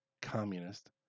communist